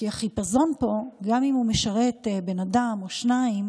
כי החיפזון פה, גם אם הוא משרת בן אדם או שניים